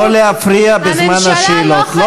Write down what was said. לא להפריע בזמן השאלות.